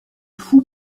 fou